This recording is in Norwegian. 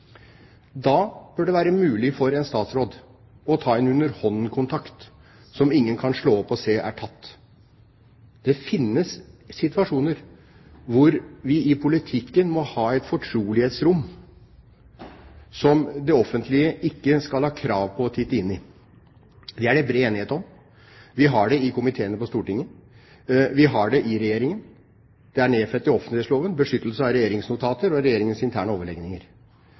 Da bør det være mulig for en statsråd å ta en underhåndskontakt som ingen kan slå opp og se er tatt. Det finnes situasjoner hvor vi i politikken må ha et fortrolighetsrom som det offentlige ikke skal ha krav på å titte inn i. Det er det bred enighet om. Vi har det i komiteene på Stortinget. Vi har det i Regjeringen. Det er nedfelt i offentlighetsloven beskyttelsen av regjeringsnotater og regjeringens interne overlegninger.